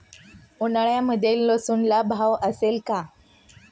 उन्हाळ्यामध्ये लसूणला भाव असेल का?